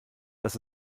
das